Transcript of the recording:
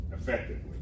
effectively